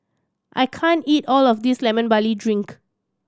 I can't eat all of this Lemon Barley Drink